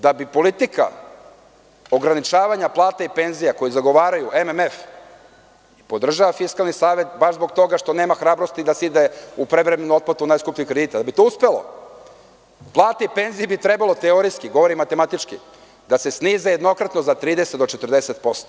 Da bi uspela politika ograničavanja plata i penzija koju zagovaraju MMF i podržava Fiskalni savet baš zbog toga nema hrabrosti da se ide u prevremenu otplatu najskupljih kredita, plate i penzije bi trebalo teorijski, govorim matematički, da se snize jednokratno za 30% do 40%